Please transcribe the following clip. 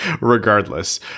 regardless